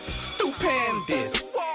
Stupendous